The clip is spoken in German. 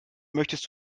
möchtest